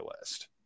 list